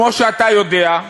כמו שאתה יודע,